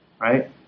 Right